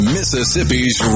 Mississippi's